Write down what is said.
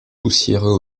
poussiéreux